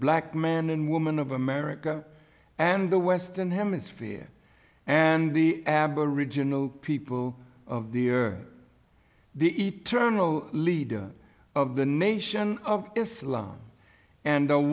black man and woman of america and the western hemisphere and the aboriginal people of the earth the eternal leader of the nation of islam and